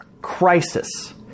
Crisis